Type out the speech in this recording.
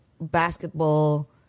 basketball